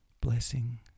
blessing